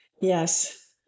Yes